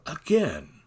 again